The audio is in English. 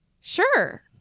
sure